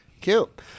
Cute